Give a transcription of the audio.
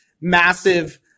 massive